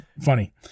funny